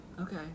Okay